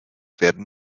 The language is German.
werden